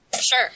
Sure